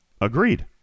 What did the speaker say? Agreed